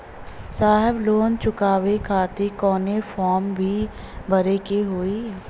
साहब लोन चुकावे खातिर कवनो फार्म भी भरे के होइ?